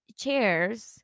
chairs